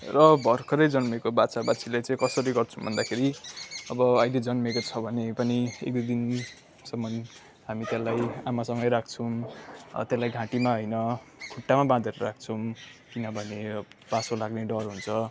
र भर्खरै जन्मेको बाछा बाछीलाई चाहिँ कसरी गर्छु भन्दाखेरि अब अहिले जन्मेको छ भने पनि एक दुई दिनसम्म हामी त्यसलाई आमासँगै राख्छौँ अब त्यसलाई घाँटीमा होइन खुट्टामा बाँधेर राख्छौँ किनभने पासो लाग्ने डर हुन्छ